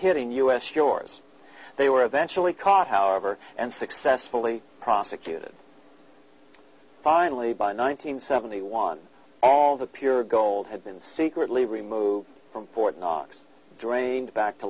hitting us yours they were eventually caught however and successfully prosecuted finally by nine hundred seventy one all the pure gold had been secretly removed from fort knox drained back to